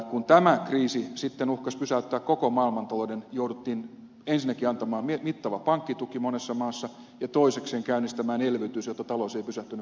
kun tämä kriisi sitten uhkasi pysäyttää koko maailmantalouden jouduttiin ensinnäkin antamaan mittava pankkituki monessa maassa ja toisekseen käynnistämään elvytys jotta talous ei pysähtynyt kokonaan